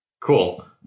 Cool